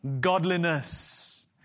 godliness